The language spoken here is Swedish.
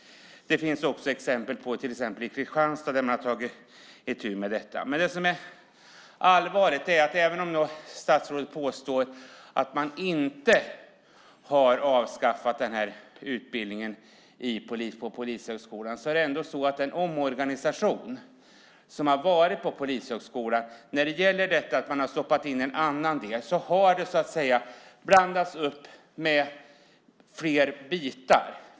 Det finns också exempel från bland annat Kristianstad där man har tagit itu med detta. Det som är allvarligt är att även om statsrådet nu påstår att man inte har avskaffat hatbrottsutbildningen vid Polishögskolan har ändå den omorganisation som har varit och som har inneburit att man har stoppat in en annan del medfört att den blandats upp med fler bitar.